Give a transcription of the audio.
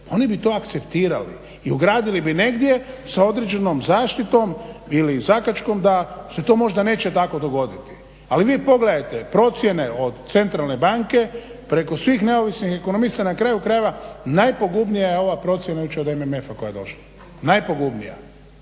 oni bi to akceptirali i ugradili bi negdje sa određenom zaštitom ili zakačkom da se to možda neće tako dogoditi. Ali vi pogledajte procjene od centralne banke preko svih neovisnih ekonomista. Na kraju krajeva najpogubnija je ova procjena jučer od MMF-a koja je došla. Najpogubnija.